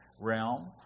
realm